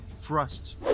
thrust